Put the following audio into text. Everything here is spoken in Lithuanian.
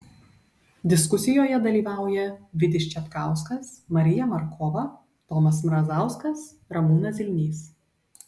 diskusijoje dalyvauja vidis čepkauskas marija markova tomas mrazauskas ramūnas zilnys